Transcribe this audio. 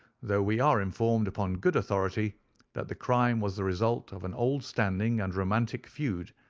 though we are informed upon good authority that the crime was the result of an old standing and romantic feud,